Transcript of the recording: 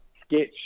sketch